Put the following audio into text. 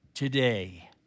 today